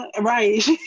right